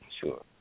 sure